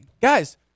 guys